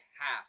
half